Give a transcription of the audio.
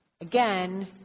again